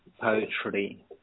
Poetry